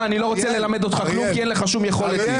אני לא רוצה ללמד אותך כלום כי אין לך שום יכולת ללמוד.